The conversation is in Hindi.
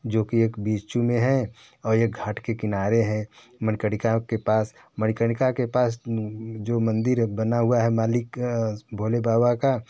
जो कि एक बीच में है और एक घाट के किनारे है मणिकर्णिका के पास मणिकर्णिका के पास जो मंदिर बना हुआ है भोले बाबा का